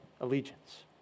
allegiance